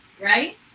right